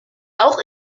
auch